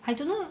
I don't know